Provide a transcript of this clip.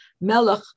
melech